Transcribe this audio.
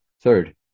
Third